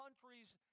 countries